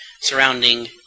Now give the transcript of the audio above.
surrounding